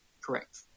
Correct